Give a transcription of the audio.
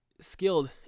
skilled